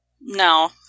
no